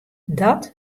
dat